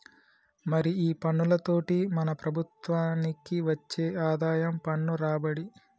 మరి ఈ పన్నులతోటి మన ప్రభుత్వనికి వచ్చే ఆదాయం పన్ను రాబడి